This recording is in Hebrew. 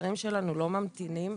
הנערים שלנו לא ממתינים.